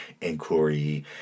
inquiry